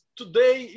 today